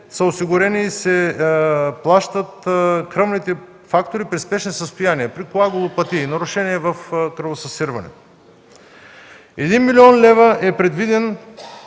са осигурени и се плащат кръвните фактори при спешни състояния, при коагулопатия – нарушение при кръвосъсирването. Един милион лева е предвиден